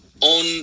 on